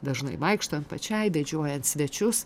dažnai vaikštant pačiai vedžiojant svečius